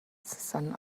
sun